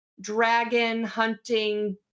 dragon-hunting